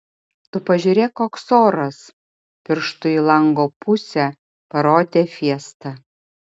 tu pažiūrėk koks oras pirštu į lango pusę parodė fiesta